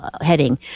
heading